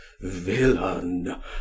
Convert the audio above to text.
villain